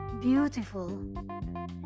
beautiful